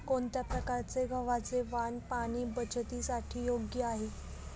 कोणत्या प्रकारचे गव्हाचे वाण पाणी बचतीसाठी योग्य आहे?